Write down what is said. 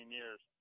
years